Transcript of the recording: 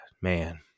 man